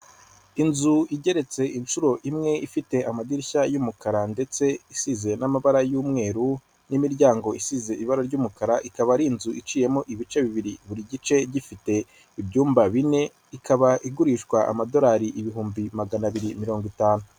Inzu igeretse inshuro imwe ifite amadirishya y'umukara ndetse isize n'amabara y'umweru n'imiryango isize ibara ry'umukara, ikaba ari inzu iciyemo ibice bibiri buri gice gifite ibyumba bine ikaba igurishwa amadorari ibihumbi magana abiri na mirongo itanu.